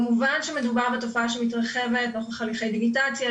כמובן שמדובר בתופעה שמתרחבת נוכח הליכי דיגיטציה,